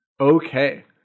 Okay